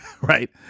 right